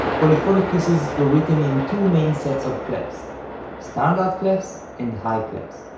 polyphonic pieces were written in two main sets of clefs standard clefs, and high clefs.